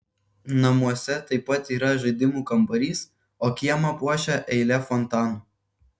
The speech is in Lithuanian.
namuose taip pat yra žaidimų kambarys o kiemą puošia eilė fontanų